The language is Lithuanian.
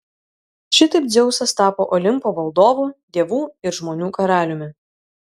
šitaip dzeusas tapo olimpo valdovu dievų ir žmonių karaliumi